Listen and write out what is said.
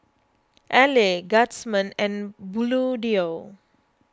Elle Guardsman and Bluedio